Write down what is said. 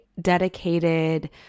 dedicated